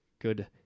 good